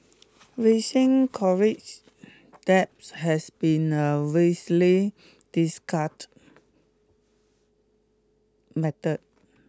rising college debt has been a widely discussed matter